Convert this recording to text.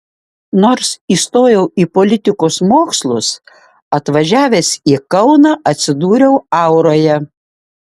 nors įstojau į politikos mokslus atvažiavęs į kauną atsidūriau auroje